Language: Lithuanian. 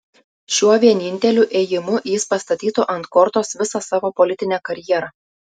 šiuo vieninteliu ėjimu jis pastatytų ant kortos visą savo politinę karjerą